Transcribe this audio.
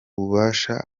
bubasha